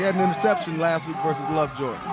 had an interception last week versus lovejoy.